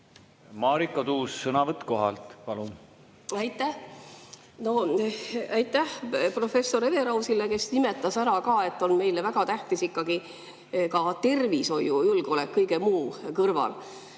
Marika Tuus, sõnavõtt kohalt, palun! Aitäh! Aitäh professor Everausile, kes nimetas ära, et meile on väga tähtis ikkagi ka tervishoiujulgeolek kõige muu kõrval.